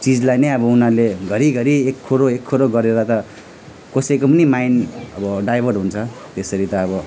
चिजलाई नै अब उनीहरूले घरी घरी एकोहोरो एकोहोरो गरेर त कसैको पनि माइन्ड अब डाइभर्ट हुन्छ त्यसरी त अब